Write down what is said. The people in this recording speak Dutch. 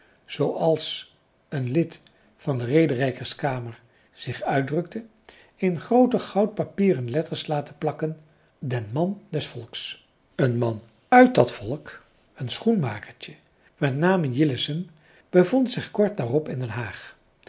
als een lid van de rederijkerskamer zich uitdrukte in groote goudpapieren letters laten plakken den man des volks françois haverschmidt familie en kennissen een man uit dat volk een schoenmakertje met name jillessen bevond zich kort daarop in den haag